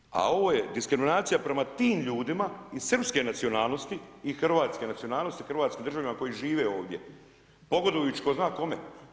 To je problem a ovo je diskriminacija prema tim ljudima i srpske nacionalnosti i hrvatske nacionalnosti, hrvatski državljana koji žive ovdje, pogodujući tko zna kome.